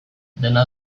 dena